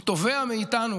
הוא תובע מאיתנו.